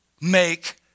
make